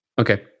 Okay